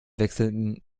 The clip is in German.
wechselten